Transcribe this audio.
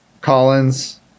Collins